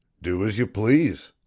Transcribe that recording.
do as you please.